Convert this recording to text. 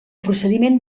procediment